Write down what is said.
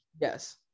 yes